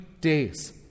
days